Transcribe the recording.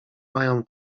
mają